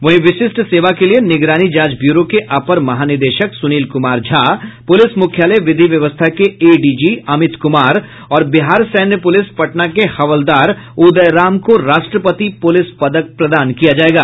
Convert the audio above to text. वहीं विशिष्ट सेवा के लिए निगरानी जांच ब्यूरो के अपर महानिदेशक सुनील कुमार झा पुलिस मुख्यालय विधि व्यवस्था के एडीजी अमित कुमार और बिहार सैन्य पुलिस पटना के हवलदार उदय राम को राष्ट्रपति पुलिस पदक प्रदान किया जायेगा